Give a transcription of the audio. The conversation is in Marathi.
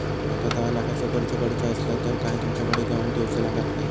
माका दहा लाखाचा कर्ज काढूचा असला तर काय तुमच्याकडे ग्हाण ठेवूचा लागात काय?